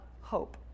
hope